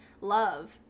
love